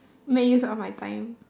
make use of my time